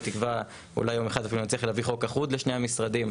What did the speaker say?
בתקווה שאולי יום אחד אפילו נצליח להביא חוק אחוד לשני המשרדים.